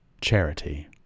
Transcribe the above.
Charity